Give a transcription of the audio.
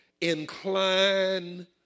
Incline